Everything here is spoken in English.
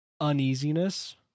uneasiness